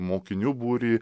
mokinių būrį